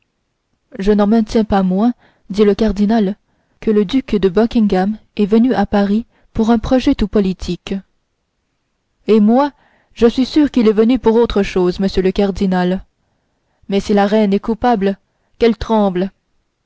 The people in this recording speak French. je n'en maintiens pas moins dit le cardinal que le duc de buckingham est venu à paris pour un projet tout politique et moi je suis sûr qu'il est venu pour autre chose monsieur le cardinal mais si la reine est coupable qu'elle tremble